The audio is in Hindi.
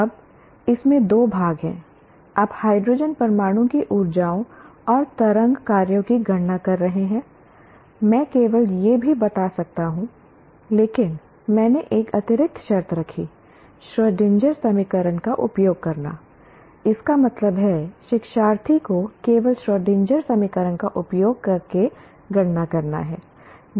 अब इसमें दो भाग हैं आप हाइड्रोजन परमाणु की ऊर्जाओं और तरंग कार्यों की गणना कर रहे हैं मैं केवल यह भी बता सकता हूं लेकिन मैंने एक अतिरिक्त शर्त रखी श्रोडिंगर समीकरण का उपयोग करना इसका मतलब है शिक्षार्थी को केवल श्रोडिंगर समीकरण का उपयोग करके गणना करना है